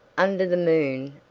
under the moon,